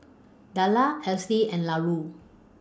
Dellar Esley and Lauri